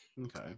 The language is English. Okay